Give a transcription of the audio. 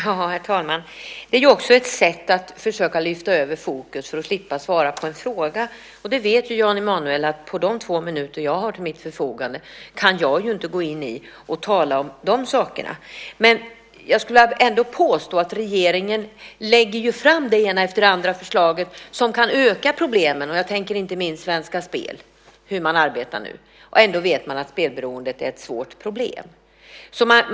Herr talman! Det är också ett sätt att försöka lyfta över fokus för att slippa svara på en fråga. Jan Emanuel vet att på de två minuter jag har till mitt förfogande kan jag inte gå in i och tala om de sakerna. Jag skulle ändå vilja påstå att regeringen lägger fram det ena förslaget efter det andra som kan öka problemen. Jag tänker inte minst på Svenska Spel och hur man arbetar nu. Ändå vet man att spelberoende är ett svårt problem.